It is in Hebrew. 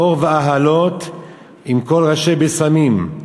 מור ואהלות עם כל ראשי בשמים.